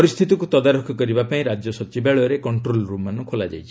ପରିସ୍ଥିତିକୁ ତଦାରଖ କରିବା ପାଇଁ ରାଜ୍ୟ ସଚିବାଳୟରେ କଷ୍ଟ୍ରୋଲ୍ ରୁମ୍ମାନ ଖୋଲାଯାଇଛି